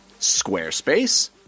Squarespace